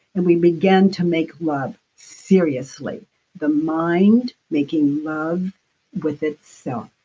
and we began to make love seriously the mind making love with itself.